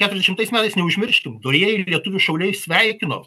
keturiasdešimtais metais neužmirškim dorieji lietuvių šauliai sveikino